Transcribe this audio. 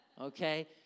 Okay